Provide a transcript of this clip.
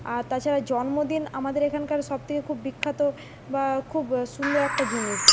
আর তাছাড়া জন্মদিন আমাদের এখানকার সবথেকে খুব বিখ্যাত বা খুব সুন্দর একটা জিনিস